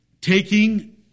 taking